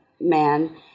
man